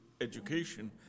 education